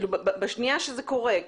בשנייה שזה קורה,